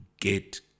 get